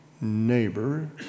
neighbor